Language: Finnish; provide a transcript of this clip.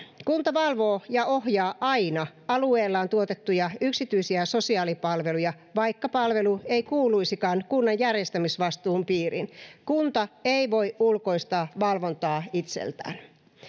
kunta valvoo ja ohjaa aina alueellaan tuotettuja yksityisiä sosiaalipalveluja vaikka palvelu ei kuuluisikaan kunnan järjestämisvastuun piiriin kunta ei voi ulkoistaa valvontaa itseltään